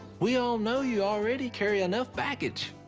we all know you already carry enough baggage.